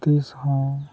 ᱛᱤᱥ ᱦᱚᱸ